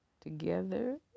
together